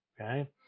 Okay